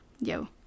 yo